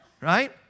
Right